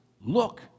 look